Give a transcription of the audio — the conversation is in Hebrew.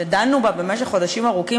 שדנו בה במשך חודשים ארוכים,